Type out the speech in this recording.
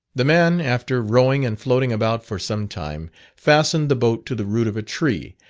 the man after rowing and floating about for some time fastened the boat to the root of a tree,